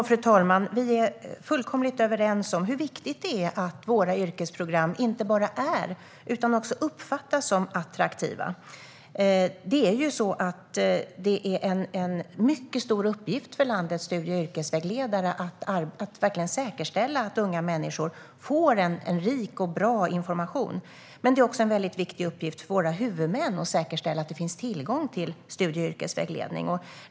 Fru talman! Jag och Ulrika Carlsson är fullkomligt överens om hur viktigt det är att våra yrkesprogram inte bara är utan också uppfattas som attraktiva. Det är en mycket stor uppgift för landets studie och yrkesvägledare att säkerställa att unga människor får rik och bra information. Men det är också en viktig uppgift för våra huvudmän att säkerställa att det finns tillgång till studie och yrkesvägledning.